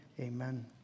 amen